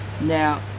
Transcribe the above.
Now